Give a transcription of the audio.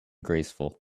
graceful